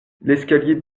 l’escalier